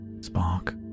spark